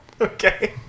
Okay